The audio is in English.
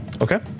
Okay